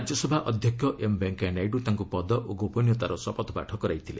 ରାଜ୍ୟସଭା ଅଧ୍ୟକ୍ଷ ଏମ୍ ଭେଙ୍କିୟା ନାଇଡ଼ୁ ତାଙ୍କ ପଦ ଓ ଗୋପନୀୟତାର ଶପଥପାଠ କରାଇଥିଲେ